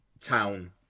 town